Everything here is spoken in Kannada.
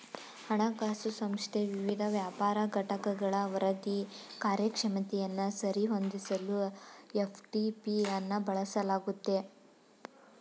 ಹಣಕಾಸು ಸಂಸ್ಥೆ ವಿವಿಧ ವ್ಯಾಪಾರ ಘಟಕಗಳ ವರದಿ ಕಾರ್ಯಕ್ಷಮತೆಯನ್ನ ಸರಿ ಹೊಂದಿಸಲು ಎಫ್.ಟಿ.ಪಿ ಅನ್ನ ಬಳಸಲಾಗುತ್ತೆ